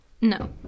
no